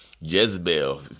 Jezebel